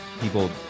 people